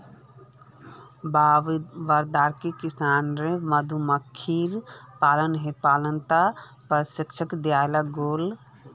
वर्धाक किसानेर मधुमक्खीर पालनत प्रशिक्षण दियाल गेल